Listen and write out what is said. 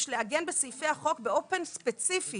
יש לעגן בסעיפי החוק באופן ספציפי